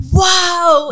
wow